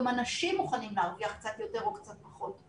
גם אנשים מוכנים להרוויח קצת יותר או קצת פחות,